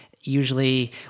Usually